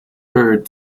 heard